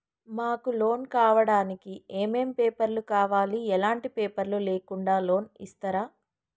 మాకు లోన్ కావడానికి ఏమేం పేపర్లు కావాలి ఎలాంటి పేపర్లు లేకుండా లోన్ ఇస్తరా?